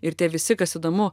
ir tie visi kas įdomu